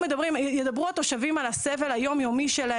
ידברו התושבים על הסבל היום יומי שלהם.